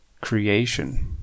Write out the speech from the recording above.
creation